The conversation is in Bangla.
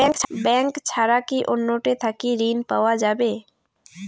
ব্যাংক ছাড়া কি অন্য টে থাকি ঋণ পাওয়া যাবে?